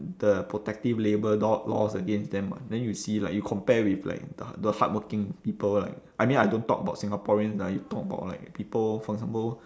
the protective labour law laws against them [what] then you see like you compare with like the the hard~ hardworking people like I mean I don't talk about singaporeans lah you talk about like people for example